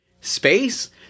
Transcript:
space